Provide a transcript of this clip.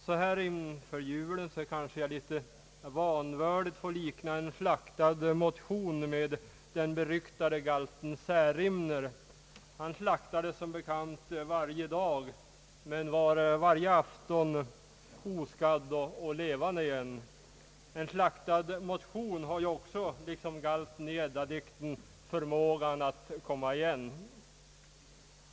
Så här inför julen får jag kanske lite vanvördigt likna en »slaktad» motion med den beryktade galten Särimner. Han slaktades som bekant varje afton men var nästa morgon oskadd och levande igen. En slaktad motion har ju också liksom galten i Eddadikten förmågan att komma igen.